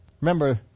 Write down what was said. Remember